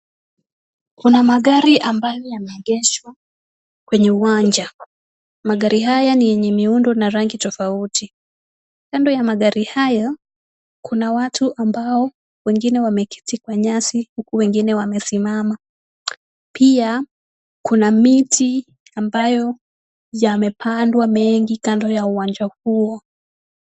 Kuna magari ambayo yameegeshwa kwenye uwanja. Magari haya ni yenye miundo na rangi tofauti. Kando ya magari haya, kuna watu ambao wengine wameketi kwa nyasi huku wengine wamesimama. Pia kuna miti ambayo yamepandwa mengi kando ya uwanja huo.